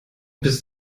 bist